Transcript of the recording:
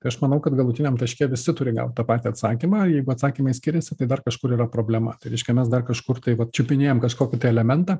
tai aš manau kad galutiniam taške visi turi gaut tą patį atsakymą jeigu atsakymai skiriasi tai dar kažkur yra problema tai reikšia mes dar kažkur tai va čiupinėjam kažkokį tai elementą